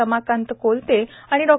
रमाकांत कोलते आणि डॉ